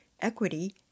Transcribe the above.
equity